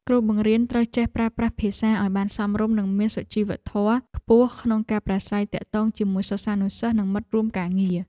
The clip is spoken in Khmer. គ្រូបង្រៀនត្រូវចេះប្រើប្រាស់ភាសាឱ្យបានសមរម្យនិងមានសុជីវធម៌ខ្ពស់ក្នុងការប្រាស្រ័យទាក់ទងជាមួយសិស្សានុសិស្សនិងមិត្តរួមការងារ។